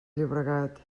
llobregat